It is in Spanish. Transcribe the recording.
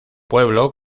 pueblo